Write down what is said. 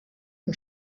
who